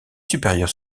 supérieures